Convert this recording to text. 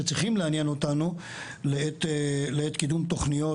צריכים לעניין אותנו לעת קידום תוכניות,